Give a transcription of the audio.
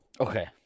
Okay